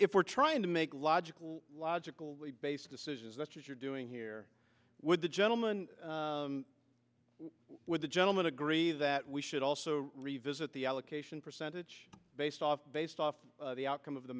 if we're trying to make logical logical based decision as you're doing here with the gentleman with the gentleman agree that we should also revisit the allocation percentage based off based off the outcome of the